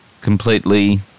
completely